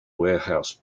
warehouse